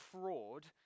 fraud